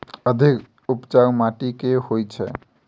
अधिक उपजाउ माटि केँ होइ छै?